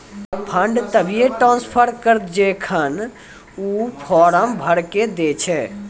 fund तभिये transfer करऽ जेखन ऊ फॉर्म भरऽ के दै छै